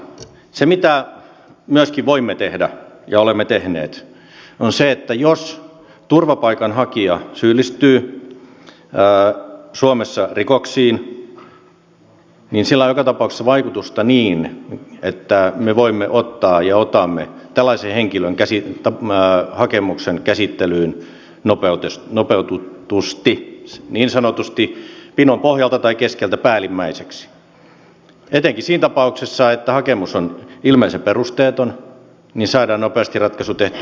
se mitä myöskin voimme tehdä ja olemme tehneet on se että jos turvapaikanhakija syyllistyy suomessa rikoksiin niin sillä on joka tapauksessa vaikutusta niin että me voimme ottaa ja otamme tällaisen henkilön hakemuksen käsittelyyn nopeutetusti niin sanotusti pinon pohjalta tai keskeltä päällimmäiseksi etenkin siinä tapauksessa että hakemus on ilmeisen perusteeton niin että saadaan nopeasti ratkaisu tehtyä